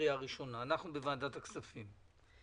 בוועדת הכספים מכינים לקריאה ראשונה.